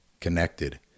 connected